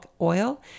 oil